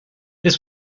this